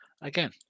again